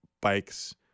bikes